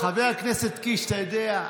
חבר הכנסת קיש, אתה יודע,